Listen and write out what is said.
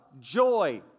joy